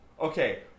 Okay